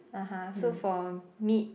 (uh huh) so for meat